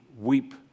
weep